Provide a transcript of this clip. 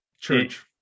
church